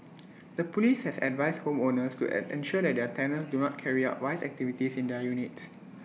the Police has advised home owners to end ensure that their tenants do not carry out vice activities in their units